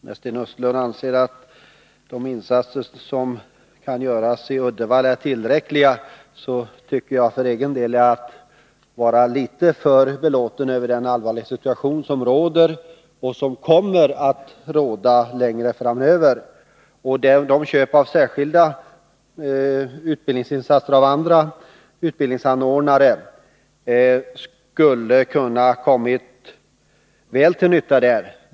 Herr talman! När Sten Östlund anser att de insatser som görs i Uddevalla är tillräckliga, tycker jag för egen del att det är att vara litet för belåten över den allvarliga situation som råder och som kommer att råda längre fram. De köp av särskilda utbildningsinsatser av andra utbildningsanordnare skulle ha kunnat komma till god nytta där.